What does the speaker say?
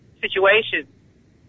situations